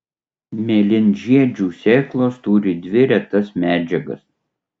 mėlynžiedžių sėklos turi dvi retas medžiagas